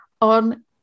on